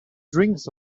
drinks